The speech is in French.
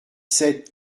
sept